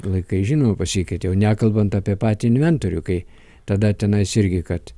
laikai žinoma pasiekėte jau nekalbant apie patį inventorių kai tada tenai irgi kad